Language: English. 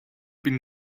been